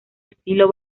estilo